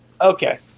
Okay